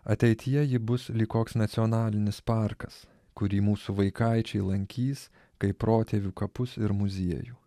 ateityje ji bus lyg koks nacionalinis parkas kurį mūsų vaikaičiai lankys kaip protėvių kapus ir muziejų